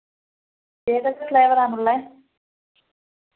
ഏതൊക്കെ ഫ്ലേവറാണുള്ളത്